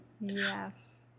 yes